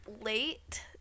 late